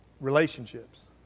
Relationships